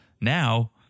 now